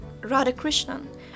Radhakrishnan